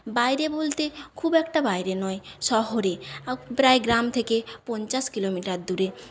বাইরে বলতে খুব একটা বাইরে নয় শহরে প্রায় গ্রাম থেকে পঞ্চাশ কিলোমিটার দূরে